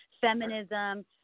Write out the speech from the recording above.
feminism